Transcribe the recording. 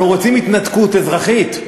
אנחנו רוצים התנתקות אזרחית.